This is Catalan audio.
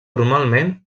formalment